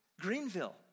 Greenville